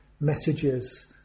messages